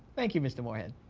thank you, mr. moore head.